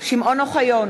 שמעון אוחיון,